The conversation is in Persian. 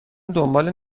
دنبال